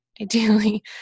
ideally